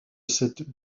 cette